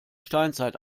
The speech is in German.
steinzeit